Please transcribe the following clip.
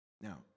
Now